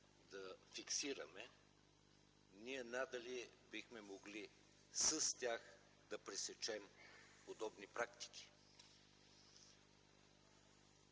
да фиксираме, ние надали бихме могли с тях да пресечем подобни практики.